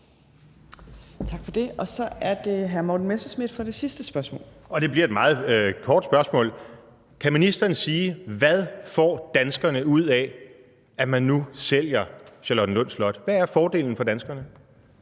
Tak for det, og så er det hr. Morten Messerschmidt for et sidste spørgsmål. Kl. 15:28 Morten Messerschmidt (DF): Og det bliver et meget kort spørgsmål: Kan ministeren sige, hvad danskerne får ud af, at man nu sælger Charlottenlund Slot? Hvad er fordelen for danskerne?